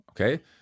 Okay